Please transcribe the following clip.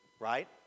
Right